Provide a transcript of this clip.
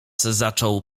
zaczął